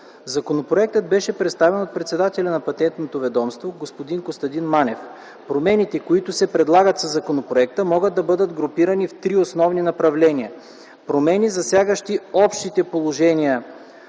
Законопроектът беше представен от председателя на Патентното ведомство господин Костадин Манев. Промените, които се предлагат със законопроекта, могат да бъдат групирани в три основни направления: промени, засягащи общите положения